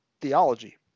theology